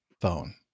phone